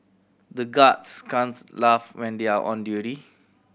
the guards can't laugh when they are on duty